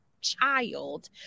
child